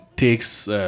takes